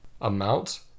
amount